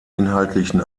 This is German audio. inhaltlichen